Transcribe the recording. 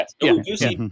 Yes